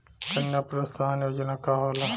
कन्या प्रोत्साहन योजना का होला?